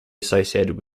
associated